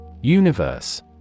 Universe